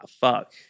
fuck